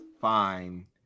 fine